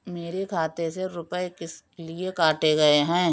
मेरे खाते से रुपय किस लिए काटे गए हैं?